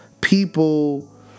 people